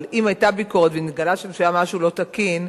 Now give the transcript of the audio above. אבל אם היתה ביקורת, ונתגלה שם שהיה משהו לא תקין,